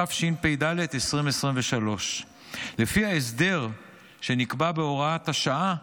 התשפ"ד 2023. לפי ההסדר שנקבע בהוראת השעה,